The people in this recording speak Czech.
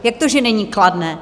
Jak to, že není kladné?